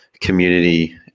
community –